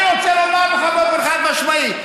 זה ניסיון הפיכה.